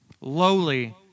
lowly